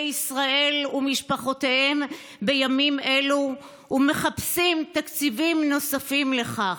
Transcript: ישראל ומשפחותיהם בימים אלו ומחפשים תקציבים נוספים לכך,